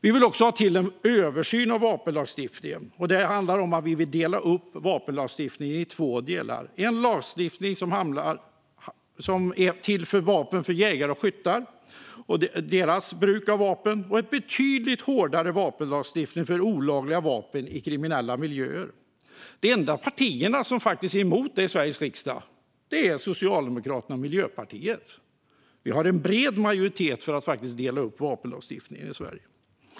Vi vill också ha till en översyn av vapenlagstiftningen, och det handlar om att vi vill dela upp vapenlagstiftningen i två delar: en lagstiftning för jägares och skyttars vapen och bruk av vapen samt en, betydligt hårdare, vapenlagstiftning för olagliga vapen i kriminella miljöer. De enda partierna som faktiskt är emot detta i Sveriges riksdag är Socialdemokraterna och Miljöpartiet. Vi har en bred majoritet för att dela upp vapenlagstiftningen i Sverige.